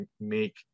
make